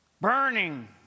burning